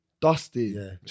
Dusty